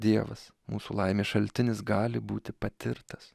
dievas mūsų laimės šaltinis gali būti patirtas